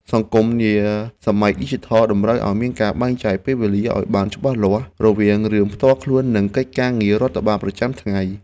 សង្គមនាសម័យឌីជីថលតម្រូវឱ្យមានការបែងចែកពេលវេលាឱ្យបានច្បាស់លាស់រវាងរឿងផ្ទាល់ខ្លួននិងកិច្ចការងាររដ្ឋបាលប្រចាំថ្ងៃ។